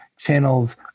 channels